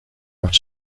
macht